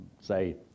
say